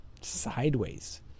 sideways